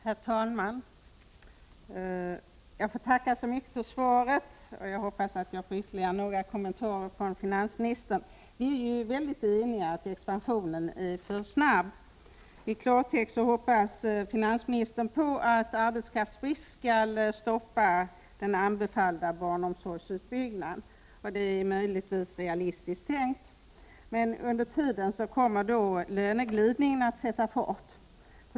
Herr talman! Jag vill tacka så mycket för svaret. Jag hoppas att jag får ytterligare några kommentarer från finansministern. Vi är ju mycket eniga om att expansionen är för snabb. I klartext innebär svaret att finansministern hoppas att arbetskraftsbrist skall drabba den anbefallna barnomsorgsutbyggnaden, och det är möjligtvis realistiskt tänkt. Men under tiden kommer löneglidningen att sätta fart.